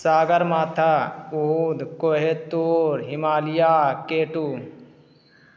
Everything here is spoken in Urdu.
ساگر ماتا اود کوہِ طور ہمالیہ کے تو